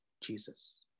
Jesus